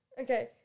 Okay